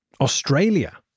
Australia